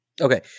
Okay